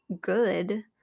good